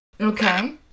Okay